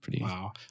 Wow